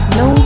no